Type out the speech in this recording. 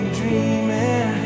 dreaming